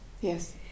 yes